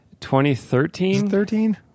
2013